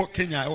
Kenya